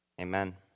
Amen